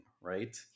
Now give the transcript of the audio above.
right